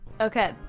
Okay